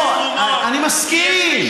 לא, אני מסכים.